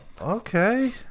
Okay